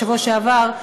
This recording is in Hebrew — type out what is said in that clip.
בשבוע שעבר,